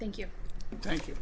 thank you thank you